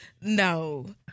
No